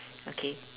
okay